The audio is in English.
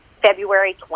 February